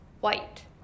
white